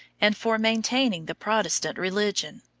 and for maintaining the protestant religion.